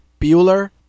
Bueller